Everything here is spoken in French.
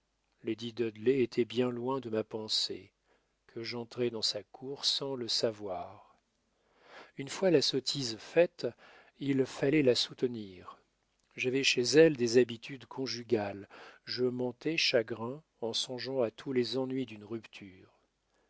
dudley était bien loin de ma pensée que j'entrais dans sa cour sans le savoir une fois la sottise faite il fallait la soutenir j'avais chez elle des habitudes conjugales je montai chagrin en songeant à tous les ennuis d'une rupture